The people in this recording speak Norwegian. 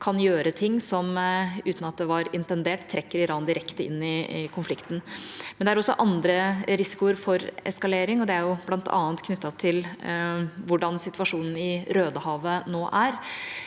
kan gjøre ting som, uten at det var intendert, trekker Iran direkte inn i konflikten. Men det er også andre risikoer for eskalering, bl.a. knyttet til hvordan situasjonen i Rødehavet nå er.